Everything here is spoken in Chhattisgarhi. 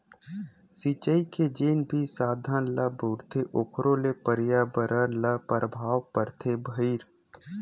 सिचई के जेन भी साधन ल बउरथे ओखरो ले परयाबरन ल परभाव परथे भईर